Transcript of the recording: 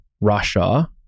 Russia